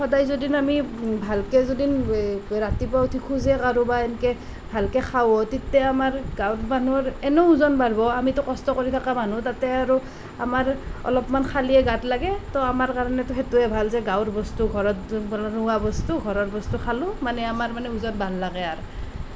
সদায় যদি আমি ভালকৈ যদি ৰাতিপুৱা উঠি খজেই খাঢ়োঁ বা এনেকৈ ভালকৈ খাওঁ তেতিয়া আমাৰ গাঁৱত মানুহৰ এনেও ওজন বাঢ়িব আমিতো কষ্ট কৰি থকা মানুহ তাতে আৰু আমাৰ অলপমান খালেই গাত লাগে তো আমাৰ কাৰণেতো সেইটোৱেই ভাল যে গাঁৱৰ বস্তু ঘৰত হোৱা বস্তু ঘৰৰ বস্তু খালোঁ মানে আমাৰ মানে ওজন বাঢ়লাকে আৰু